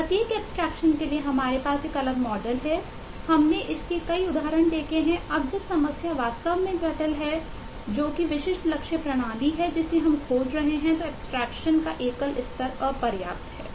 तो यह एब्स्ट्रेक्शन का एकल स्तर अपर्याप्त है